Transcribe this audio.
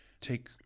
take